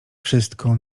wszystko